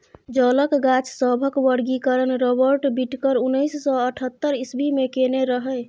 जलक गाछ सभक वर्गीकरण राबर्ट बिटकर उन्नैस सय अठहत्तर इस्वी मे केने रहय